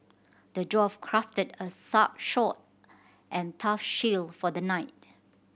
the dwarf crafted a sword and a tough shield for the knight